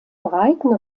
breiten